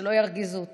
ושלא ירגיזו אותך.